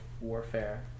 warfare